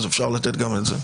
אפשר לתת גם את זה.